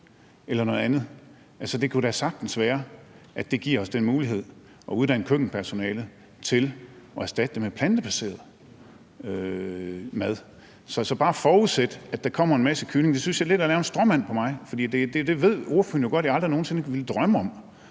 det kunne da sagtens være, at det gav os den mulighed at uddanne køkkenpersonale til at erstatte det med plantebaseret mad. Så bare at forudsætte, at der kommer en masse kylling, synes jeg lidt er at lave en stråmand på mig, for det ved ordføreren jo godt at jeg aldrig nogen sinde ville drømme om